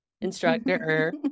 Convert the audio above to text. instructor